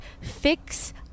fix